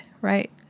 right